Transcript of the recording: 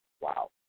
wow